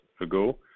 ago